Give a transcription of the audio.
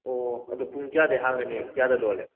ꯑꯣ ꯑꯗꯣ ꯄꯨꯡ ꯀꯌꯥꯗꯒꯤ ꯍꯥꯡꯒꯅꯤ ꯀꯌꯥꯗ ꯂꯣꯜꯂꯤ